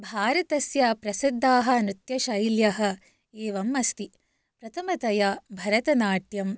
भारतस्य प्रसिद्धाः नृत्यशैल्यः एवम् अस्ति प्रथमतया भरतनाट्यं